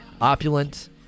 Opulent